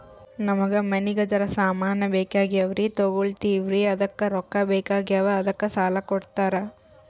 ನಮಗ ಮನಿಗಿ ಜರ ಸಾಮಾನ ಬೇಕಾಗ್ಯಾವ್ರೀ ತೊಗೊಲತ್ತೀವ್ರಿ ಅದಕ್ಕ ರೊಕ್ಕ ಬೆಕಾಗ್ಯಾವ ಅದಕ್ಕ ಸಾಲ ಕೊಡ್ತಾರ?